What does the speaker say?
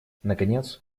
наконец